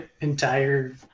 entire